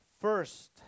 first